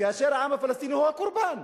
כאשר העם הפלסטיני הוא הקורבן?